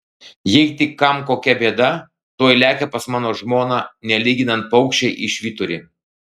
jei tik kam kokia bėda tuoj lekia pas mano žmoną nelyginant paukščiai į švyturį